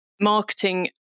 marketing